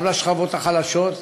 גם לשכבות החלשות,